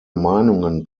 meinungen